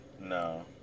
No